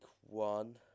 one